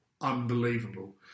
unbelievable